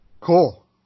Cool